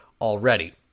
already